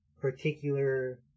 particular